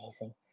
amazing